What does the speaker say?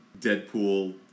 Deadpool